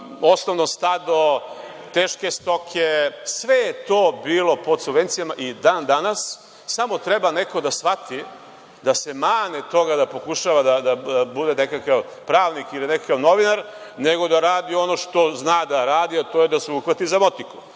osnovno stado, teške stoke, sve je to bilo pod subvencijama. I dan danas, samo neko treba da shvati, da se mane toga da pokušava da bude nekakav pravnik, nekakav novinar, nego da radi ono što zna da radi, a to je da se uhvati za motiku. Ja